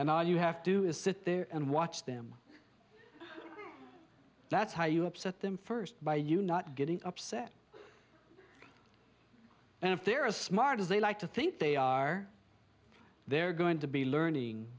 i you have to do is sit there and watch them that's how you upset them first by you not getting upset and if they're smart as they like to think they are they're going to be learning